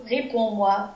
Réponds-moi